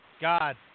God